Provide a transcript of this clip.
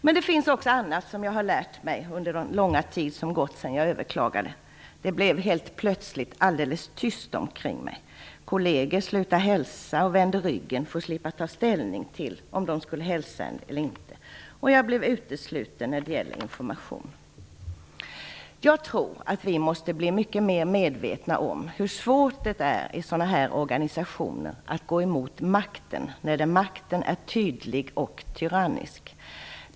Men det finns också annat som jag har lärt mig under den långa tid som gått sedan jag överklagade. Det blev helt plötsligt alldeles tyst omkring mig. Kolleger slutade hälsa och vände ryggen för att slippa ta ställning till om de skulle hälsa en eller inte, och jag blev utesluten när det gäller information. Jag tror att vi måste bli mycket mer medvetna om hur svårt det är i sådana här organisationer att gå emot makten när makten är tydlig och tyrannisk.